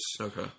Okay